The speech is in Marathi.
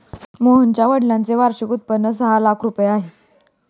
मोहनच्या वडिलांचे वार्षिक उत्पन्न सहा लाख रुपये आहे